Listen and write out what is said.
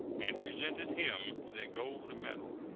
and presented him with a gold medal.